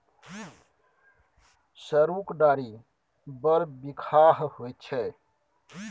सरुक डारि बड़ बिखाह होइत छै